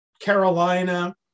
Carolina